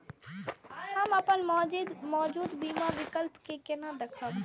हम अपन मौजूद बीमा विकल्प के केना देखब?